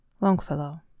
Longfellow